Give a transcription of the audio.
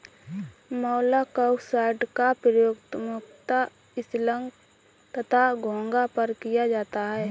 मोलॉक्साइड्स का प्रयोग मुख्यतः स्लग तथा घोंघा पर किया जाता है